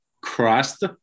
crust